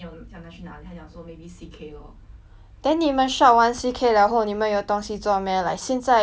then 你们 shop 完 C_K liao 后你们有东西做 meh like 现在因为 circuit breakers 什么东西都不可以做 liao